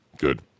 Good